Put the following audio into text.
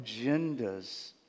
agendas